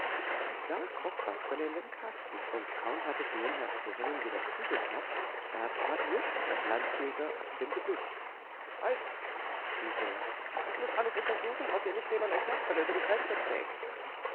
da kroch kasperle in den kasten und kaum hatte den herr severin wieder zugeklappt da trat wirklich ein landjäger aus dem gebüsch halt schrie der ich muß alles untersuchen ob hier nicht jemand ein kasperle über die grenze trägt